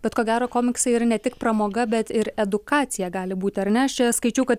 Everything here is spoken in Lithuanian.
bet ko gero komiksai ir ne tik pramoga bet ir edukacija gali būti ar ne aš čia skaičiau kad